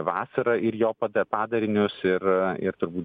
vasarą ir jo pada padarinius ir ir turbūt